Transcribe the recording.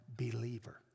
believer